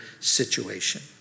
situation